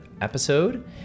episode